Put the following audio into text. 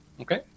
Okay